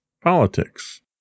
politics